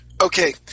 Okay